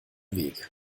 weg